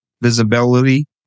visibility